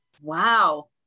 wow